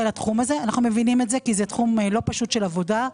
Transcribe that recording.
לתחום הזה כי זה תחום לא פשוט של עבודה,